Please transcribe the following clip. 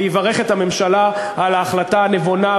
ויברך את הממשלה על ההחלטה הנבונה,